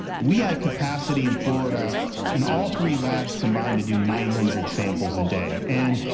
we have capacity in florida and all three labs combined to do nine hundred samples a day. and